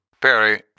Perry